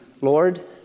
Lord